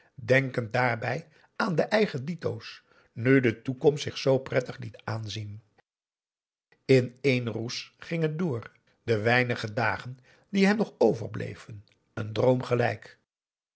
denkend daarbij aan de eigen dito's nu de toekomst zich zoo prettig liet aanzien in één roes ging het door de weinige dagen die hem nog overbleven een droom gelijk